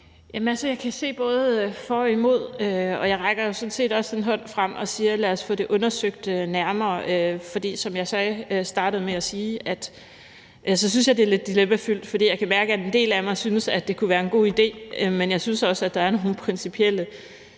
jeg kan se både for og imod, og jeg rækker jo sådan set også en hånd frem og siger: Lad os få det undersøgt nærmere. For som jeg startede med at sige, synes jeg, det er lidt dilemmafyldt; jeg kan mærke, at en del af mig synes, at det kunne være en god idé, men jeg synes også, der er nogle principielle